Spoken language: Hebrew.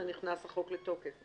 נכנס החוק לתוקף.